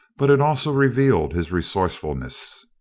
but it also revealed his resourcefulness.